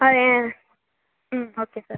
okay sir